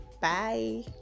bye